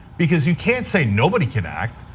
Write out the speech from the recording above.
because he can't say nobody can act.